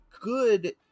good